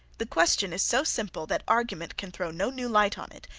the question is so simple that argument can throw no new light on it,